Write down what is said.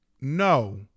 No